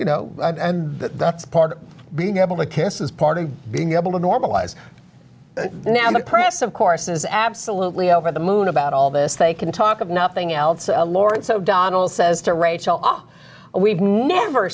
you know and that's part of being able to kiss is part of being able to normalize now the press of course is absolutely over the moon about all this they can talk of nothing else lawrence o'donnell says to rachel we've never